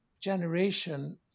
generation